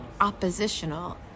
oppositional